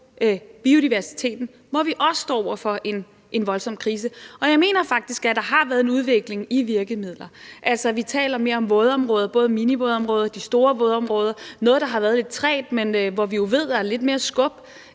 biodiversiteten, hvor vi også står over for en voldsom krise. Jeg mener faktisk, at der har været en udvikling inden for virkemidlerne. Altså, vi taler mere om vådområder, både minivådområder og store vådområder. Det er noget, der er gået lidt trægt, men vi ved jo, at der er sat lidt mere skub